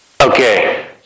Okay